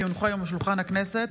כי הונחו היום על שולחן הכנסת,